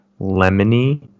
lemony